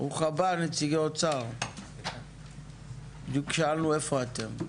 ברוך הבא נציג האוצר, בדיוק שאלנו איפה אתה.